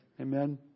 Amen